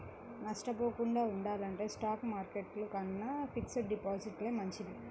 నష్టపోకుండా ఉండాలంటే stock market కన్నా ఫిక్స్డ్ డిపాజిట్లే మంచివి